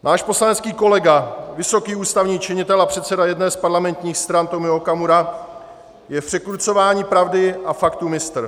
Váš poslanecký kolega, vysoký ústavní činitel a předseda jedné z parlamentních stran Tomio Okamura, je v překrucování pravdy a faktů mistr.